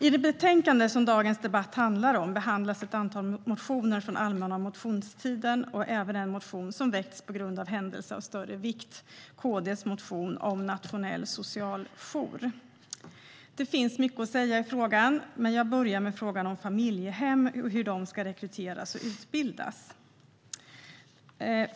I det betänkande som dagens debatt handlar om behandlas ett antal motioner från allmänna motionstiden och även en motion som väckts på grund av händelse av större vikt, nämligen KD:s motion om en nationell socialjour. Det finns mycket att säga i ärendet, men jag börjar med frågan om familjehem och hur de ska rekryteras och utbildas.